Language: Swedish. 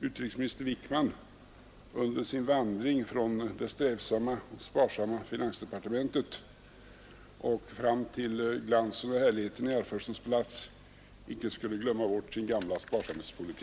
utrikesminister Wickman under sin vandring från det strävsamma, sparsamma finansdepartementet till glansen och härligheten i Arvfurstens palats inte skulle glömma bort sin gamla sparsamhetspolitik.